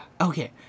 Okay